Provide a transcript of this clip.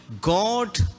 God